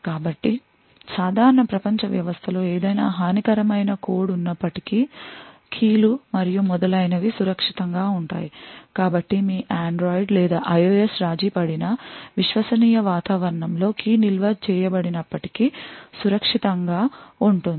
కాబట్టి సాధారణ ప్రపంచ వ్యవస్థలో ఏదైనా హానికరమైన కోడ్ ఉన్నప్పటికీ కీలు మరియు మొదలైనవి సురక్షితంగా ఉంటాయి కాబట్టి మీ Android లేదా IOS రాజీపడినా విశ్వసనీయ వాతావరణంలో key నిల్వ చేయబడినప్పటికీ సురక్షితంగా ఉంటుంది